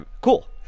cool